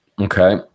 Okay